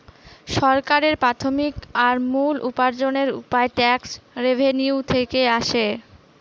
সরকারের প্রাথমিক আর মূল উপার্জনের উপায় ট্যাক্স রেভেনিউ থেকে আসে